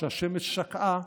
כשהשמש שקעה,